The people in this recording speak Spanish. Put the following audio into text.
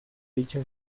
dicha